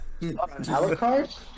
Alucard